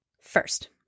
First